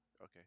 Okay